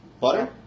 Butter